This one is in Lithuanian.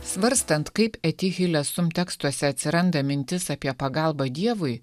svarstant kaip eti hilesum tekstuose atsiranda mintis apie pagalbą dievui